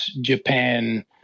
Japan